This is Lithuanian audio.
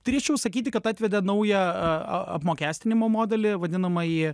turėčiau sakyti kad atvedė naują apmokestinimo modelį vadinamąjį